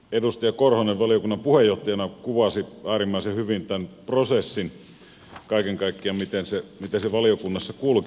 edustaja korhonen valiokunnan puheenjohtajana kuvasi äärimmäisen hyvin tämän prosessin kaiken kaikkiaan miten se valiokunnassa kulki